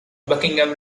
buckingham